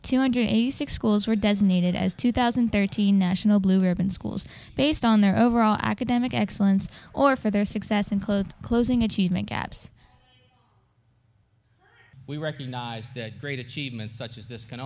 two hundred eighty six schools were designated as two thousand and thirteen national blue ribbon schools based on their overall academic excellence or for their success include closing achievement gaps we recognize that great achievements such as this can